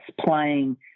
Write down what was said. playing